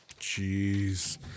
Jeez